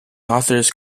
authors